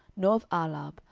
nor of ahlab,